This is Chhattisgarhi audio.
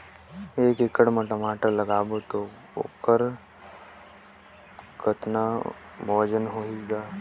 एक एकड़ म टमाटर लगाबो तो ओकर कतका वजन होही ग?